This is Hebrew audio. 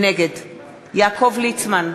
נגד יעקב ליצמן,